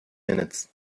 minutes